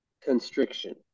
constriction